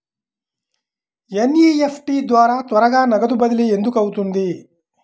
NEFT ద్వారా త్వరగా నగదు బదిలీ ఎందుకు అవుతుంది?